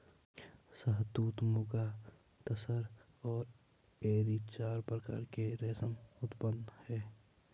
शहतूत, मुगा, तसर और एरी चार प्रकार के रेशम उत्पादन हैं